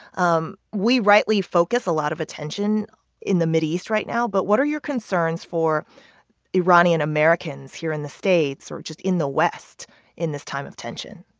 um we rightly focus a lot of attention in the mideast right now. but what are your concerns for iranian americans here in the states or just in the west in this time of tension?